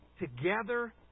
together